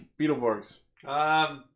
Beetleborgs